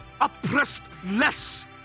oppressed-less